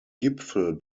gipfel